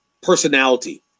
personality